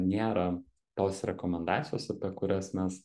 nėra tos rekomendacijos apie kurias mes